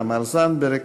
תמר זנדברג,